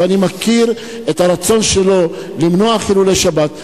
ואני מכיר את הרצון שלו למנוע חילולי שבת.